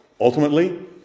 Ultimately